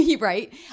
right